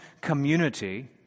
community